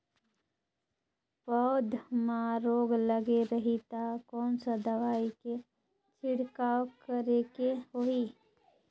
पौध मां रोग लगे रही ता कोन सा दवाई के छिड़काव करेके होही?